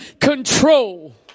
control